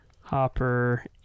Hopper